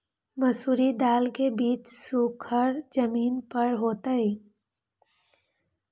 मसूरी दाल के बीज सुखर जमीन पर होतई?